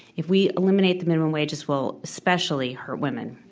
if we eliminate the minimum wage, this will especially hurt women.